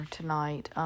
tonight